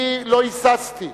אני לא היססתי,